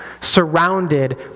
surrounded